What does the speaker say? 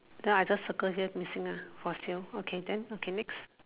then I just circle here missing ah for sale okay then okay next